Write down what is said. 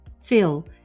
Phil